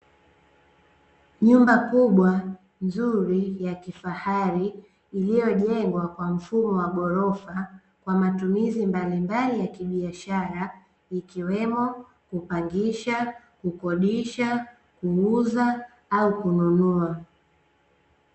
Nyumba kubwa nzuri ya kifahari iliyojengwa kwa mfumo wa ghorofa kwa matumizi mbalimbali ya kibiashara ikiwemo kupangisha, kukodisha, kuuza au kununua.